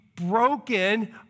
broken